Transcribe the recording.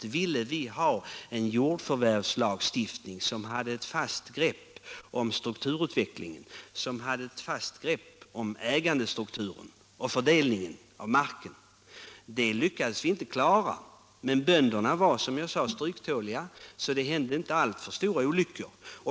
Då ville vi ha en jordförvärvslagstiftning som hade ett fast grepp om ägandestrukturen och fördelningen av marken. Det lyckades vi inte klara, men bönderna var — som jag sade — stryktåliga, så det skedde inte några alltför stora olyckor.